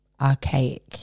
archaic